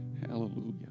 Hallelujah